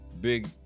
Big